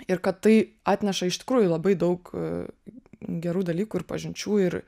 ir kad tai atneša iš tikrųjų labai daug gerų dalykų ir pažinčių ir